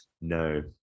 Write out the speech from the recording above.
no